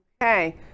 Okay